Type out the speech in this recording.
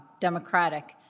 democratic